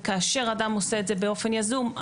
וכאשר אדם עושה את זה באופן יזום,